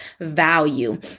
value